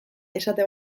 esate